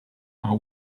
how